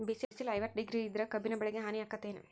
ಬಿಸಿಲ ಐವತ್ತ ಡಿಗ್ರಿ ಇದ್ರ ಕಬ್ಬಿನ ಬೆಳಿಗೆ ಹಾನಿ ಆಕೆತ್ತಿ ಏನ್?